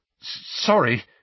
Sorry